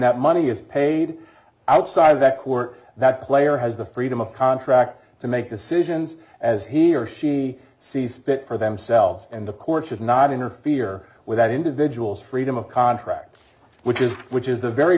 that money is paid outside of that court that player has the freedom of contract to make decisions as he or she sees fit for themselves and the court should not interfere with that individual's freedom of contract which is which is the very